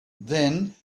then